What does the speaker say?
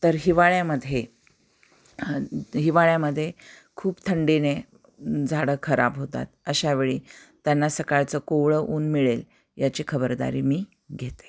तर हिवाळ्यामध्ये हिवाळ्यामध्ये खूप थंडीने झाडं खराब होतात अशावेळी त्यांना सकाळचं कोवळं ऊन मिळेल याची खबरदारी मी घेते